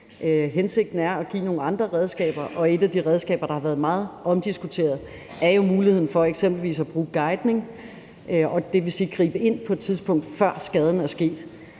Hensigten er at give nogle andre redskaber, og et af de redskaber, der har været meget omdiskuteret, er jo muligheden for eksempelvis at bruge guidning, dvs. gribe ind på et tidspunkt, før skaden er sket.